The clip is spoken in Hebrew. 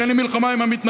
אין לי מלחמה עם המתנחלים.